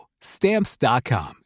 Stamps.com